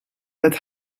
that